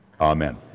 Amen